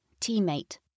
teammate